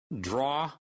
Draw